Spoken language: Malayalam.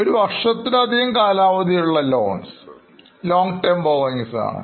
ഒരു വർഷത്തിലധികം കാലാവധിയുള്ള Loans long term borrowings ആണ്